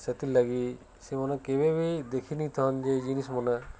ସେଥିର୍ଲାଗି ସେମାନେ କେବେ ବି ଦେଖିନିଥାନ୍ ଯେ ଜିନିଷ୍ମନେ